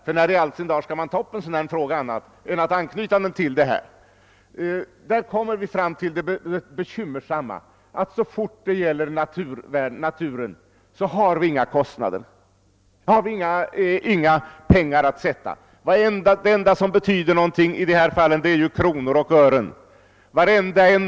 Vi måste, som utveckling en nu gått, avstå från en del av de utbyggnader som då förutsattes skola ske, eftersom friluftslivet i dag har utvidgats så fantastiskt att vi behöver allt som finns av mark för friluftslivet. Men vi behöver marken också som referensområden för naturvetenskapen.